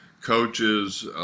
coaches